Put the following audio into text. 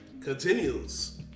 continues